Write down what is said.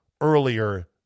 earlier